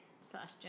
Slash